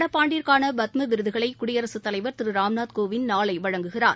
நடப்பாண்டிற்கான பத்ம விருதுகளை குடியரசுத் தலைவர் திரு ராம்நாத் கோவிந்த் நாளை வழங்குகிறார்